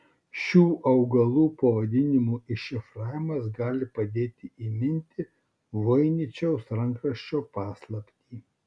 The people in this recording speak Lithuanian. šių augalų pavadinimų iššifravimas gali padėti įminti voiničiaus rankraščio paslaptį